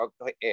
Okay